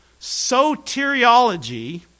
soteriology